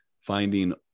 finding